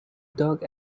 dug